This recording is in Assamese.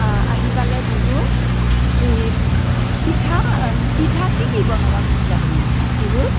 অ' আহি পালে বিহু এই পিঠা পিঠা কি কি বনাবা খুজিছা তুমি বিহুত